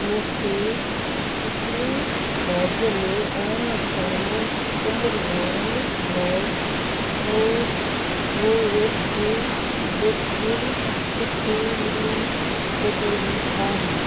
मूंखे सिक्किम राज्य में अरिड़हं साल उमिरि वारनि लाइ को वोवेक्स वैक्सीन किथे मिली सघंदी आहे